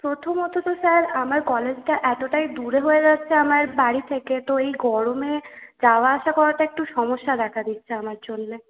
প্রথমত তো স্যার আমার কলেজটা এতটাই দূরে হয়ে যাচ্ছে আমার বাড়ি থেকে তো এই গরমে যাওয়া আসা করাটা একটু সমস্যা দেখা দিচ্ছে আমার জন্য